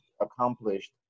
accomplished